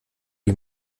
die